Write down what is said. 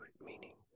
meaning